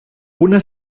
una